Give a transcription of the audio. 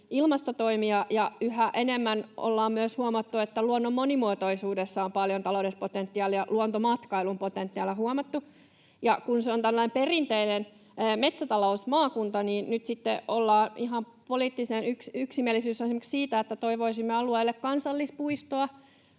ilmastotoimia, ja yhä enemmän ollaan myös huomattu, että luonnon monimuotoisuudessa on paljon taloudellista potentiaalia. Luontomatkailun potentiaali on huomattu. Ja kun se on tällainen perinteinen metsätalousmaakunta, niin nyt sitten on ihan poliittinen yksimielisyys esimerkiksi siitä, että toivoisimme alueelle kansallispuistoa,